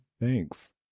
Thanks